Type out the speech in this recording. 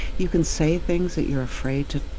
you can say things that you're afraid to,